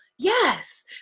Yes